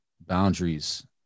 boundaries